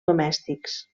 domèstics